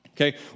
Okay